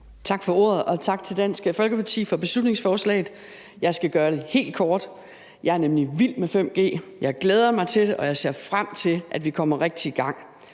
Tak for ordet, og tak til Dansk Folkeparti for beslutningsforslaget. Jeg skal gøre det helt kort. Jeg er vild med 5G, og jeg glæder mig til det, og jeg ser frem til, at vi kommer rigtig i gang.